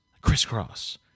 Crisscross